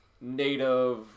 native